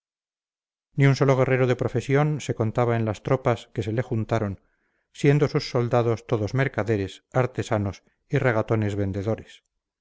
ni un solo guerrero de profesión se contaba en las tropas que se le juntaron siendo sus soldados todos mercaderes artesanos y regatones vendedores